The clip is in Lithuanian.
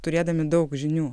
turėdami daug žinių